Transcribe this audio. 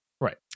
right